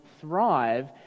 thrive